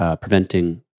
preventing